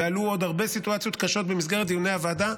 ועלו עוד הרבה סיטואציות קשות במסגרת דיוני הוועדה,